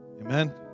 Amen